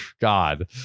god